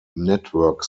network